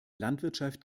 landwirtschaft